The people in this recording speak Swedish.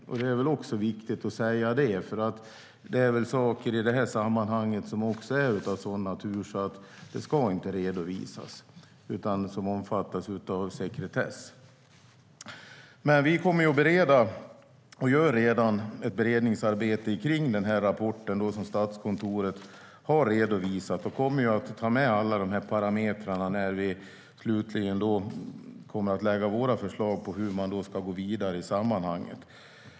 Det är också viktigt att säga, för det finns saker i sammanhanget som är av en sådan natur att de inte ska redovisas. De omfattas av sekretess. Vi kommer att bereda och gör redan ett beredningsarbete med rapporten som Statskontoret har redovisat. Vi kommer att ta med alla de här parametrarna när vi slutligen lägger fram våra förslag på hur man ska gå vidare i sammanhanget.